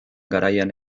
garaian